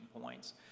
points